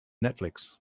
netflix